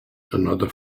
another